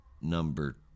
Number